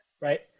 right